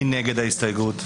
מי נגד ההסתייגות?